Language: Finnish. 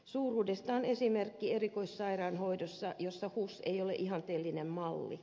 suuruudesta on esimerkki erikoissairaanhoidossa jossa hus ei ole ihanteellinen malli